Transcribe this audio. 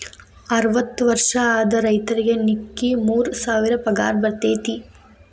ಅರ್ವತ್ತ ವರ್ಷ ಆದ ರೈತರಿಗೆ ನಿಕ್ಕಿ ಮೂರ ಸಾವಿರ ಪಗಾರ ಬರ್ತೈತಿ